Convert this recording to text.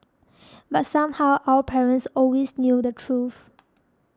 but somehow our parents always knew the truth